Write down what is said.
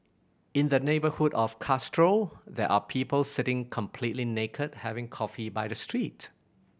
in the neighbourhood of Castro there are people sitting completely naked having coffee by the street